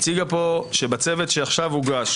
שבצוות שעכשיו הוגש,